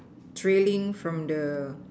trailing from the